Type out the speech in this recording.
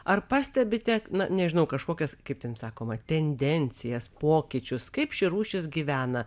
ar pastebite na nežinau kažkokias kaip ten sakoma tendencijas pokyčius kaip ši rūšis gyvena